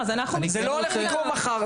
זה לא הולך לקרות מחר,